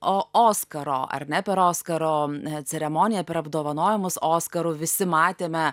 o oskaro ar ne per oskaro ceremoniją per apdovanojimus oskarų visi matėme